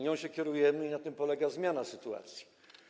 Nią się kierujemy i na tym polega zmiana sytuacji.